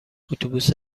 اتوبوس